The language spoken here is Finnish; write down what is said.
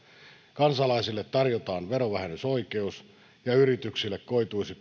kansalaisille tarjotaan verovähennysoikeus ja yrityksille koituisi